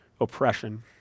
oppression